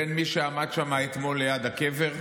בין מי שעמד שם אתמול ליד הקבר,